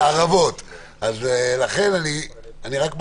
למה לא להאריך אם אפשר?